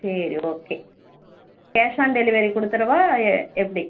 சரி okay cash on delivery கொடுத்துடவா எ எப்படி